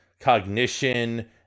cognition